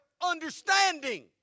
understanding